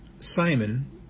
Simon